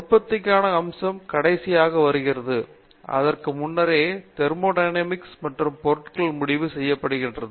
உற்பத்திக்கான அம்சம் கடைசியாக வருகிறது அதற்கு முன்னரே தெர்மோடையனமிக்ஸ் மற்றும் பொருட்கள் முடிவு செய்யபடுகிறது